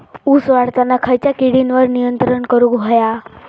ऊस वाढताना खयच्या किडींवर नियंत्रण करुक व्हया?